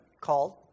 called